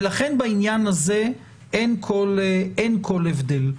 בעניין הזה אין כל הבדל.